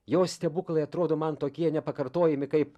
jo stebuklai atrodo man tokie nepakartojami kaip